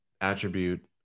attribute